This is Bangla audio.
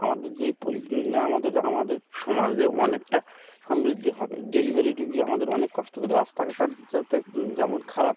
আমাদের যে আমাদের আমাদের সমাজে অনেকটা সমৃদ্ধি হবে ডেলিভারি রোগী আমাদের অনেক কষ্ট করে রাস্তাঘাট যাতে যেমন খারাপ